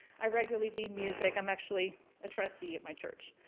i regularly lead music. i'm actually a trustee at my church.